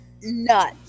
nuts